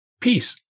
peace